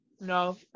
No